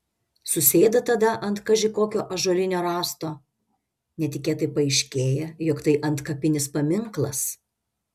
susėda tada ant kaži kokio ąžuolinio rąsto netikėtai paaiškėja jog tai antkapinis paminklas